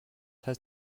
heißt